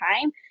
time